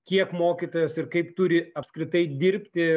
kiek mokytojas ir kaip turi apskritai dirbti